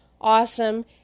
Awesome